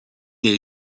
est